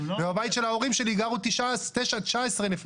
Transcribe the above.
ובבית של ההורים שלי גרו 19 נפשות.